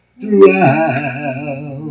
throughout